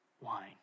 wine